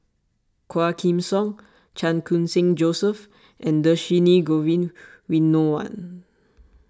Quah Kim Song Chan Khun Sing Joseph and Dhershini Govin Winodan